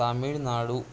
Tamil Nadu